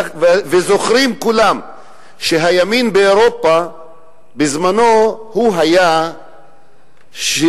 כולם זוכרים שהימין באירופה בזמנו הוא זה